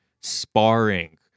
sparring